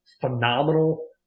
phenomenal